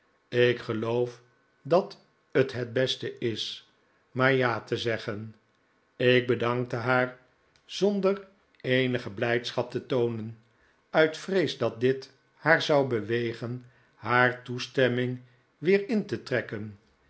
ik geloof dat t het beste is maar ja te zeggen ik bedankte haar zonder eenige blijdschap te toonen uit vrees dat dit haar zou bewegen haar toestemming weer in te trekken